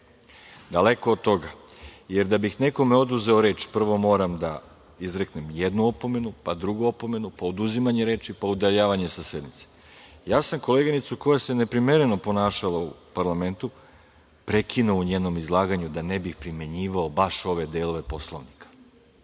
Daleko od toga, jer da bih nekom oduzeo reč, prvo moram da izreknem jednu opomenu, pa drugu opomenu, pa oduzimanje reči, pa udaljavanje sa sednice. Ja sam koleginicu koja se neprimereno ponašala u parlamentu prekinuo u njenom izlaganju, da ne bih primenjivao baš ove delove Poslovnika.